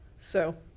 so,